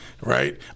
right